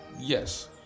Yes